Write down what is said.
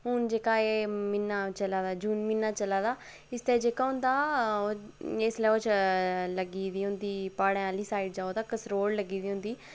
हून जेह्का म्हीना चला दा ऐ जून म्हीना चला दा इसलै जेह्का होंदा इसलै ओह् लग्गी दी होंदी प्हाड़ें आह्ली साइ़ड जाओ तां कसरोड़ लग्गी दी होंदी